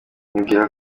nibwira